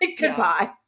goodbye